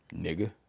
nigga